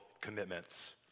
commitments